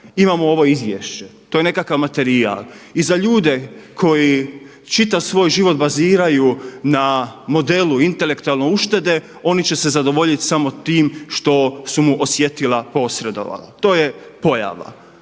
imamo ovo izvješće. To je nekakav materijal i za ljude koji čitav svoj život baziraju na modelu intelektualne uštede oni će se zadovoljiti samo tim što su mu osjetila posredovala. To je pojava.